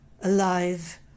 Alive